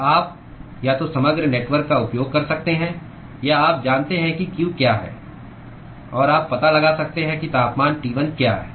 तो आप या तो समग्र नेटवर्क का उपयोग कर सकते हैं या आप जानते हैं कि q क्या है और आप पता लगा सकते हैं कि तापमान T1 क्या है